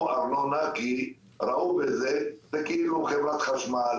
ארנונה כי ראו בזה כאילו זו חברת חשמל,